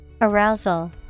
Arousal